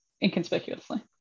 inconspicuously